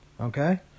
okay